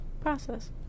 process